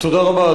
תודה רבה,